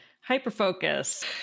hyper-focus